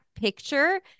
picture